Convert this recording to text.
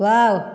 wow